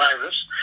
virus